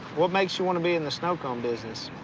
what makes you wanna be in the snow cone business?